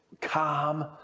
calm